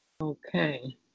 Okay